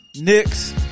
Knicks